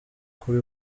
kuri